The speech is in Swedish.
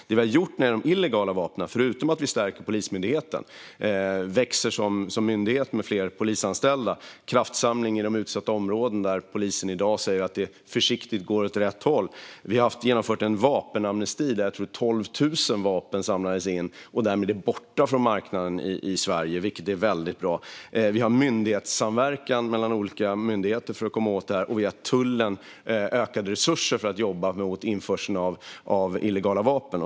Det vi har gjort när det gäller illegala vapen, förutom att vi stärker Polismyndigheten som växer som myndighet med fler polisanställda och en kraftsamling i de utsatta områden där polisen i dag säger att det försiktigt går åt rätt håll, är att genomföra en vapenamnesti där jag tror att 12 000 vapen samlades in och därmed är borta från marknaden i Sverige, vilket är väldigt bra. Vi har myndighetssamverkan mellan olika myndigheter för att komma åt det här, och vi ger tullen ökade resurser för att jobba mot införsel av illegala vapen.